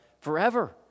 forever